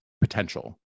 potential